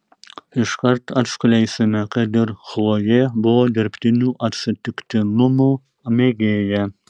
iškart atskleisime kad ir chlojė buvo dirbtinių atsitiktinumų mėgėja